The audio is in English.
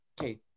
okay